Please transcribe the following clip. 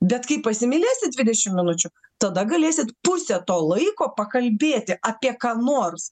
bet kai pasimylėsit dvidešim minučių tada galėsit pusę to laiko pakalbėti apie ką nors